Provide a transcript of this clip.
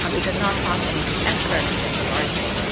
um it does not cost anything extra to get the large book,